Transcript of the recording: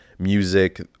Music